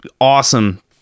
awesome